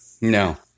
no